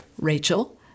Rachel